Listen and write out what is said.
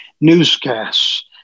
newscasts